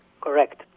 Correct